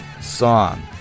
song